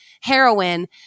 heroin